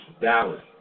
Dallas